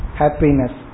happiness